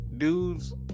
dudes